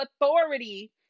authority